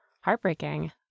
heartbreaking